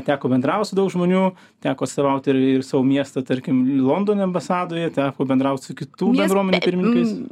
teko bendraut su daug žmonių teko atstovaut ir ir savo miestą tarkim londone ambasadoje teko bendraut su kitų bendruomenių pirmininkais